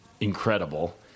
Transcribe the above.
incredible